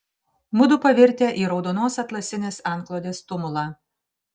mudu pavirtę į raudonos atlasinės antklodės tumulą